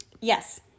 Yes